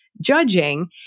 judging